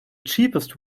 cheapest